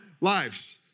lives